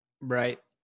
Right